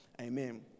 amen